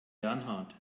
bernhard